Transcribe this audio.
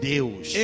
Deus